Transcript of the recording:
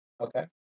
Okay